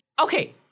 Okay